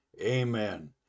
amen